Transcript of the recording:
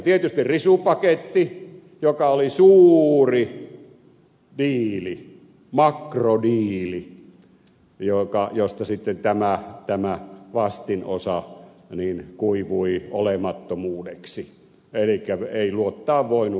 tietysti risupaketti joka oli suuri diili makrodiili josta sitten tämä vastinosa kuivui olemattomuudeksi elikkä ei luottaa voinut mihinkään